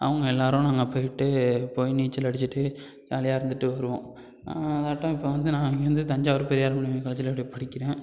அவங்க எல்லாரும் நாங்கள் போய்ட்டு போய் நீச்சல் அடிச்சிட்டு ஜாலியாக இருந்துட்டு வருவோம் அதாட்டம் இப்போ வந்து நான் இங்கே வந்து தஞ்சாவூர் பெரியார் மணியம்மை காலேஜில் அப்படியே படிக்கிறேன்